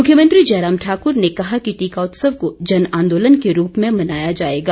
मुख्यमंत्री जयराम ठाकुर ने कहा कि टीका उत्सव को जन आंदोलन के रूप में मनाया जाएगा